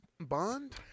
bond